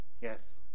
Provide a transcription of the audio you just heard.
Yes